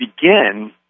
begin